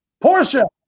Portia